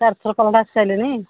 ଚାରିଥର ଆସି ସାରିଲିଣି